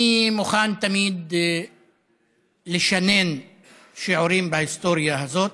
אני מוכן תמיד לשנן שיעורים בהיסטוריה הזאת,